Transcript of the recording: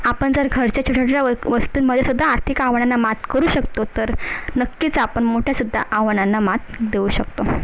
आपण जर घरच्या छोट्या छोट्या व वस्तूंमध्ये सुद्धा आर्थिक आव्हानांना मात करू शकतो तर नक्कीच आपण मोठ्या सुद्धा आव्हानांना मात देऊ शकतो